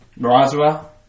Roswell